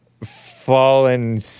fallen